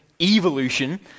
evolution